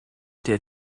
der